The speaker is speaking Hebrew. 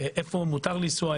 היכן מותר לנסוע,